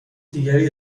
دیگری